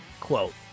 quote